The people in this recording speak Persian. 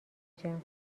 جان